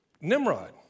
Nimrod